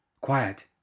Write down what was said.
Quiet